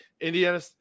Indiana